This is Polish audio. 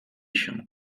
się